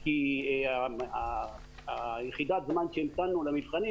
כי בכל זאת הוא לקוח שלו והוא מנסה לחנך אותו.